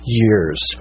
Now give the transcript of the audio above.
years